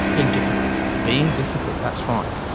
being difficult. being difficult, that's right.